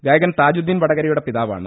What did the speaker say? ഗായകൻ താജുദ്ദീൻ വടകരയുടെ പിതാവാണ്